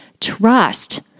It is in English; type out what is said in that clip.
Trust